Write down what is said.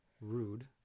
rude